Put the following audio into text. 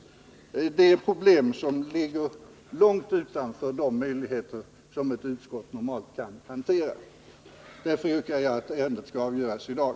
Det är problem som ligger långt utanför de möjligheter ett utskott normalt har. Därför yrkar jag att ärendet skall avgöras i dag.